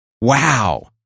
Wow